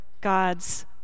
God's